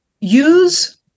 Use